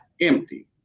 empty